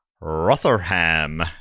Rotherham